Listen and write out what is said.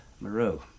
Moreau